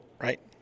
right